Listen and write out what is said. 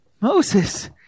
Moses